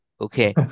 okay